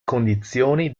condizioni